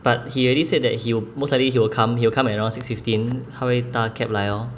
but he already said that he would most likely he will come he'll come at around six fifteen 他会搭 cab 来 orh